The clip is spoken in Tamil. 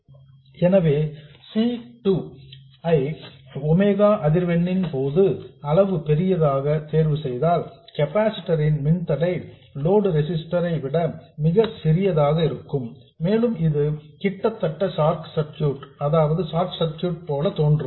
எனவே C 2 ஐ ஒமேகா அதிர்வெண்ணின் போதுமான அளவு பெரியதாக தேர்வு செய்தால் கெபாசிட்டர் ன் மின்தடை லோடு ரெசிஸ்டர் ஐ விட மிகச் சிறியதாக இருக்கும் மேலும் இது கிட்டத்தட்ட ஷார்ட் சர்க்யூட் போல தோன்றும்